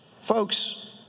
Folks